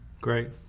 Great